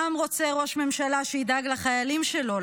העם רוצה ראש ממשלה שידאג לחיילים שלו,